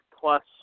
plus